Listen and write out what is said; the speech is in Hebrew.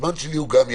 גם הזמן שלי הוא יקר.